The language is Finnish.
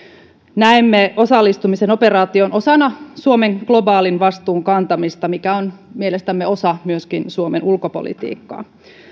näemme osallistumisen operaatioon osana suomen globaalin vastuun kantamista mikä on mielestämme myöskin osa suomen ulkopolitiikkaa